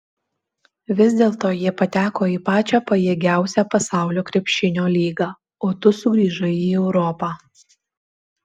vis dėlto jie pateko į pačią pajėgiausią pasaulio krepšinio lygą o tu sugrįžai į europą